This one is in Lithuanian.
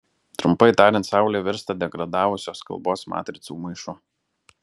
trumpai tariant saulė virsta degradavusios kalbos matricų maišu